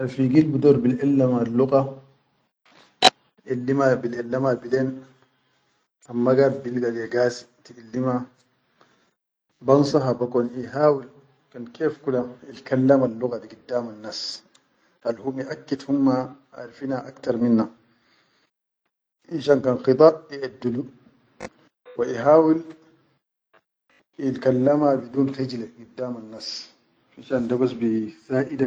Rafigi al bidor al biʼelim al lugga biʼelima bilen amma gaid bilga leyya gasi tiʼellima, ban saha bikon ihawil kan kef ke kula ilkallaman luggadi giddaman nas al hu miʼaqid humma al fina aktar minna, finshan kan hida biʼedulu wa ihawil ilkallama bigul taji le gid daman nas finshan das bi saʼi.